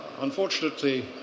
Unfortunately